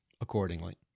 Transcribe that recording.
accordingly